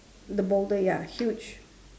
the boulder ya huge